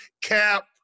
Cap